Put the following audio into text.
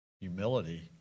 humility